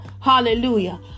Hallelujah